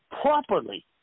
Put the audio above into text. properly